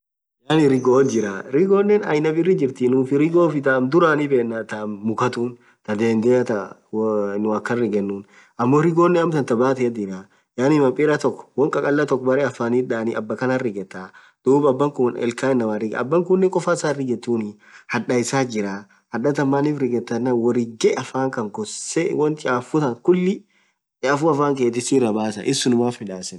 Yaani righothi jirah righonen aina birrithi jirah nufii rigofii tham dhurani benna tham mukhaa tun thaa dhendhea thaa nuuh akhan rigenun ammo righon amtan thaa bathee jirah yaani mapira thoko wonn khakhalah thoko berre afanith dhanii abakhana righethaa dhub abakhun ilkhan inamaa righaa abakhunen koffaa isaa hirighethuniii handhaaa issath jirah hadhaa than maaanif righethaa worighee afan Khanna ghoseee wonn chafutan khulii chafuuu afan khethi khabasaa